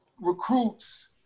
recruits